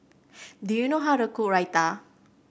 do you know how to cook Raita